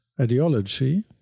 ideology